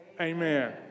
amen